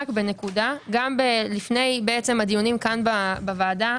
לפני הדיונים כאן בוועדה,